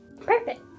Perfect